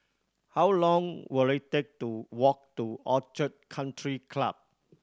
how long will it take to walk to Orchid Country Club